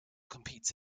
competes